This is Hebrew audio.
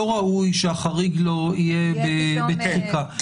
לא ראוי שהחריג לא יהיה בתחיקה.